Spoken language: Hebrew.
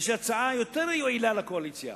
יש לי הצעה יותר יעילה לקואליציה: